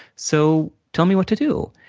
so tell me what to do.